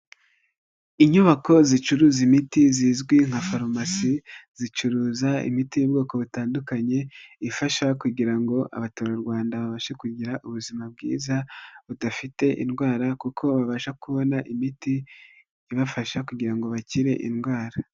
Inyubako zicuruza imiti zizwi nka farumasi, zicuruza imiti y'ubwoko butandukanye ifasha kugira ngo abaturarwanda babashe kugira ubuzima bwiza budafite indwara, kuko babasha kubona imiti ibafasha kugira ngo bakire indwara.